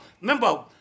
Remember